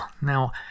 Now